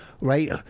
right